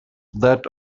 that